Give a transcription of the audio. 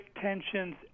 tensions